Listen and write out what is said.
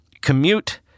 Commute